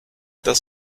das